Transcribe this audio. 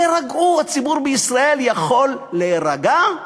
תירגעו, הציבור בישראל יכול להירגע.